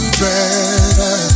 better